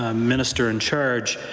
ah minister in charge